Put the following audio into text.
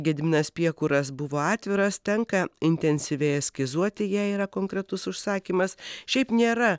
gediminas piekuras buvo atviras tenka intensyviai eskizuoti jei yra konkretus užsakymas šiaip nėra